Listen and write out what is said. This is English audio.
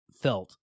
felt